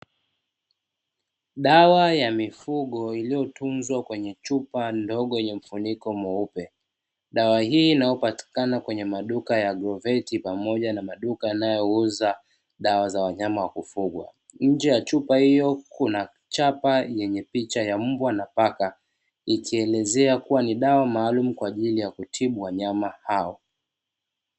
Dawa ya mifugo iliyotunzwa kwenye chupa ndogo yenye mfuniko mweupe, dawa hii inayopatikana kwenye maduka ya groveti pamoja na maduka yanayouza dawa za wanyama wa kufugwa, nje ya chupa hiyo kuna chapa yenye picha ya mbwa na paka ikielezea kuwa ni dawa maalumu kwa ajili ya kutibu wanyama hao.